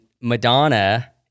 Madonna